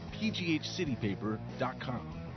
pghcitypaper.com